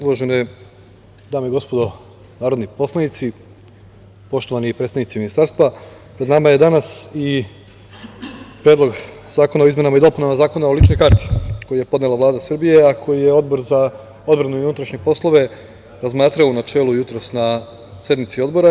Uvažene dame i gospodo narodni poslanici, poštovani predstavnici Ministarstva, pred nama je danas i Predlog zakona o izmenama i dopunama Zakona o ličnoj karti, koji je podnela Vlada Srbije, a koji je Odbor za odbranu i unutrašnje poslove razmatralo u načelu jutros na sednici Odbora.